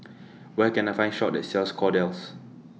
Where Can I Find A Shop that sells Kordel's